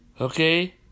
Okay